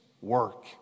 work